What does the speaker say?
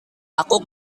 aku